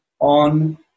on